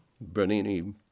Bernini